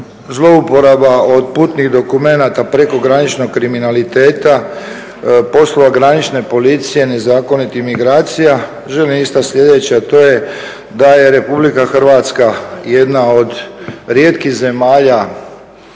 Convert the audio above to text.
zlouporaba od putnih dokumenata, prekograničnog kriminaliteta, poslova granične policije, nezakonitih imigracija, želim istaći sljedeće, a to je da je RH jedna od rijetkih zemalja